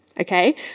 Okay